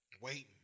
Waiting